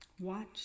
Watch